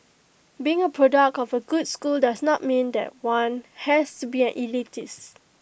being A product of A good school does not mean that one has to be an elitist